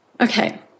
Okay